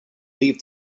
leave